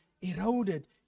eroded